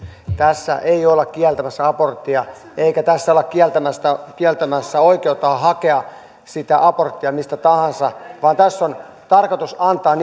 tässä ei olla kieltämässä aborttia eikä tässä olla kieltämässä oikeutta hakea sitä aborttia mistä tahansa vaan tässä on tarkoitus antaa